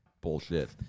bullshit